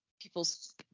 people's